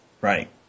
Right